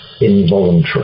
involuntary